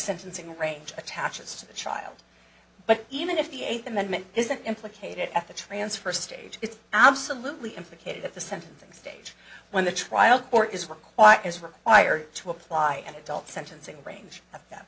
sentencing range attaches to the child but even if the eighth amendment isn't implicated at the transfer stage it's absolutely implicated at the sentencing stage when the trial or is required is required to apply an adult sentencing range of that